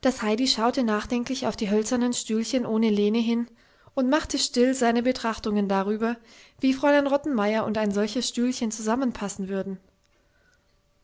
das heidi schaute nachdenklich auf die hölzernen stühlchen ohne lehne hin und machte still seine betrachtungen darüber wie fräulein rottenmeier und ein solches stühlchen zusammenpassen würden